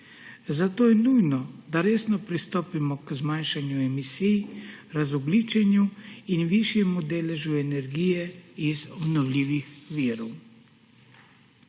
Zato je nujno, da resno pristopimo k zmanjšanju emisij, razogljičenju in višjemu deležu energije iz obnovljivih virov.